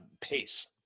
pace